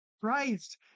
Christ